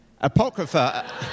Apocrypha